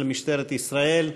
של משטרת ישראל.